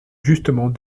justement